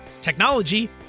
technology